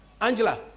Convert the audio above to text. Angela